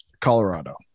Colorado